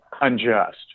unjust